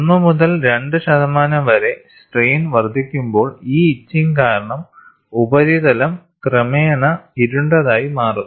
1 മുതൽ 2 ശതമാനം വരെ സ്ട്രെയിൻ വർദ്ധിക്കുമ്പോൾ ഈ ഇച്ചിങ് കാരണം ഉപരിതലം ക്രമേണ ഇരുണ്ടതായി മാറുന്നു